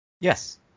yes